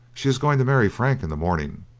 she is going to marry frank in the morning.